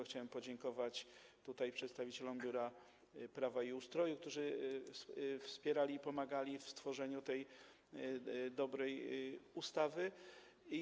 Chciałbym podziękować przedstawicielom Biura Prawa i Ustroju, którzy wspierali, pomagali w tworzeniu tej dobrej ustawy.